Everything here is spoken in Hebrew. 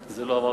לא, זה לא אמרתי.